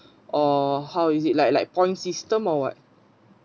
or how is it like like points system or what